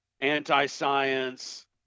anti-science